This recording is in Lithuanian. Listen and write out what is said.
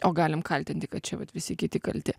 o galim kaltinti kad čia vat visi kiti kalti